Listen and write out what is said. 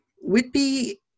Whitby